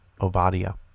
Ovadia